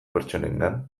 pertsonengan